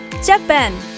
Japan